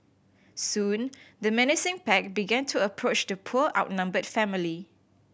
soon the menacing pack began to approach the poor outnumbered family